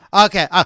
Okay